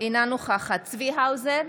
אינה נוכחת צבי האוזר,